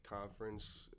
conference